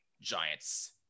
Giants